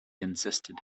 insisted